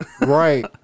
Right